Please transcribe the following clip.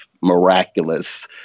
miraculous